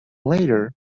later